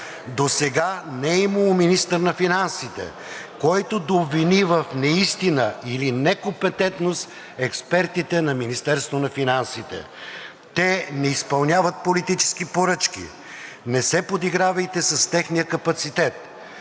Досега не е имало министър на финансите, който да обвини в неистина или некомпетентност експертите на Министерството на финансите. Те не изпълняват политически поръчки. Не се подигравайте с техния капацитет,